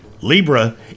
Libra